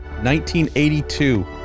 1982